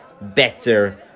better